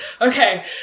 okay